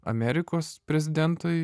amerikos prezidentui